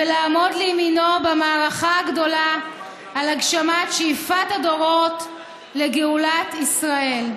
ולעמוד לימינו במערכה הגדולה על הגשמת שאיפת הדורות לגאולת ישראל.